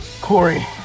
Corey